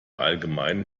allgemeinen